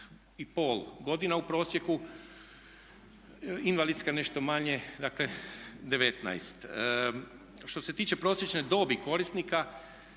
20,5 godina u prosjeku, invalidska nešto manje, dakle 19. Što se tiče prosječne dobi korisnika